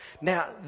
Now